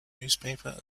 newspaper